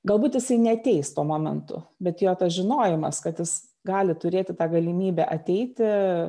galbūt jisai neateis tuo momentu bet jo tas žinojimas kad jis gali turėti tą galimybę ateiti